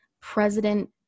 President